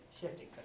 shifting